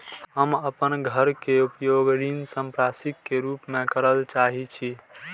हम अपन घर के उपयोग ऋण संपार्श्विक के रूप में करल चाहि छी